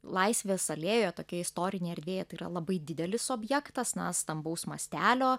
laisvės alėjoje tokioje istorinėje erdvėje tai yra labai didelis objektas na stambaus mastelio